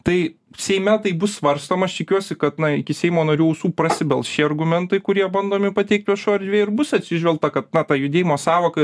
tai seime tai bus svarstoma aš tikiuosi kad na iki seimo narių ausų prasibels šie argumentai kurie bandomi pateikt viešoj erdvėj ir bus atsižvelgta kad na ta judėjimo sąvoka